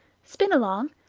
spin along,